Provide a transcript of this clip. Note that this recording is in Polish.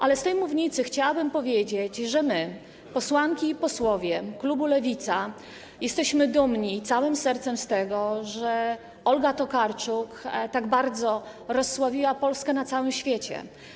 Ale z tej mównicy chciałabym powiedzieć, że my, posłanki i posłowie klubu Lewica, jesteśmy dumni całym sercem z tego, że Olga Tokarczuk tak bardzo rozsławiła Polskę na całym świecie.